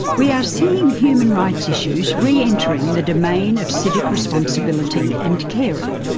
we are seeing human rights issues re-entering the domain of civic responsibility and caring.